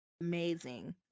amazing